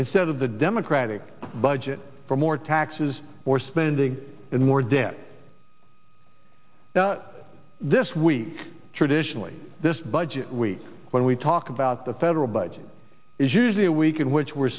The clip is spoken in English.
set of the democratic budget for more taxes more spending and more debt this week traditionally this budget week when we talk about the federal budget is usually a week in which we're